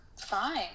fine